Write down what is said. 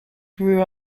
grew